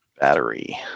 battery